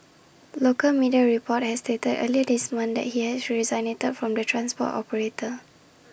local media reports had stated earlier this month that he had resigned from the transport operator